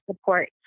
support